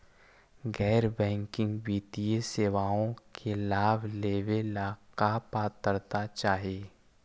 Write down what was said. गैर बैंकिंग वित्तीय सेवाओं के लाभ लेवेला का पात्रता चाही?